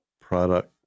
product